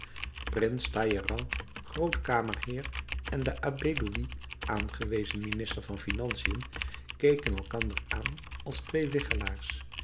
prins talleyrand groot kamerheer en de abbé louis aangewezen minister van financiën keken elkander aan als twee wichelaars